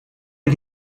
did